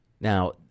Now